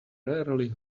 rarely